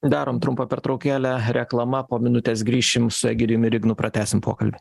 darom trumpą pertraukėlę reklama po minutės grįšim su egidijum ir ignu pratęsim pokalbį